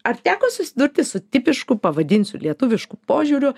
ar teko susidurti su tipišku pavadinsiu lietuvišku požiūriu